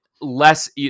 less